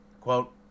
quote